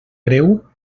greu